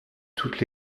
toutes